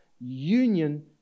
union